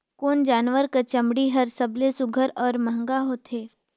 कोन जानवर कर चमड़ी हर सबले सुघ्घर और महंगा होथे?